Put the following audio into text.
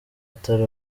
atari